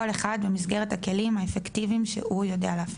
כל אחד במסגרת הכלים האפקטיביים שהוא יודע להפיק.